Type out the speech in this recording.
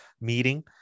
meeting